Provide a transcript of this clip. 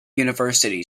university